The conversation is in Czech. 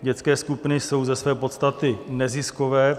Dětské skupiny jsou ze své podstaty neziskové.